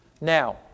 Now